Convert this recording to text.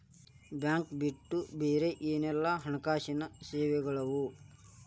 Bank ಬಿಟ್ಟು ಬ್ಯಾರೆ ಏನೆಲ್ಲಾ ಹಣ್ಕಾಸಿನ್ ಸೆವೆಗಳವ?